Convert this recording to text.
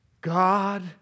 God